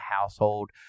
household